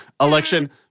election